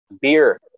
beer